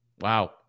Wow